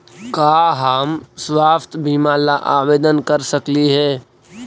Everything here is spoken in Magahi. का हम स्वास्थ्य बीमा ला आवेदन कर सकली हे?